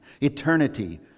Eternity